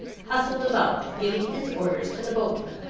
hustled about, giving his orders to the boatman.